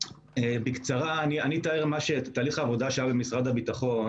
אני אתאר את תהליך העבודה שהיה במשרד הביטחון.